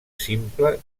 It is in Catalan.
simple